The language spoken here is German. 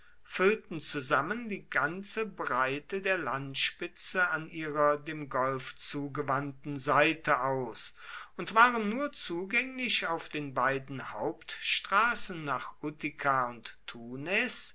füllten zusammen die ganze breite der landspitze an ihrer dem golf zugewandten seite aus und waren nur zugänglich auf den beiden hauptstraßen nach utica und tunes